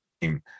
team